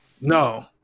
No